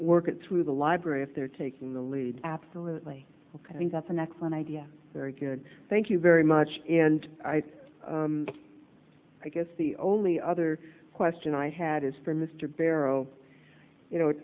work at through the library if they're taking the lead absolutely i think that's an excellent idea very good thank you very much and i guess the only other question i had is for mr barrow you know